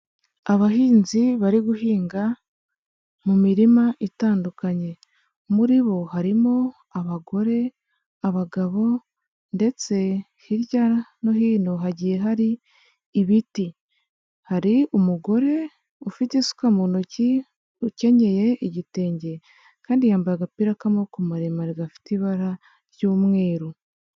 Abahinzi bari guhinga mu mirima itandukanye, muri bo harimo abagore, abagabo ndetse hirya no hino hagiye hari ibiti, hari umugore ufite isuka mu ntoki ukenyeye igitenge kandi yambaye agapira k'amaboko maremare gafite ibara ry'umweru.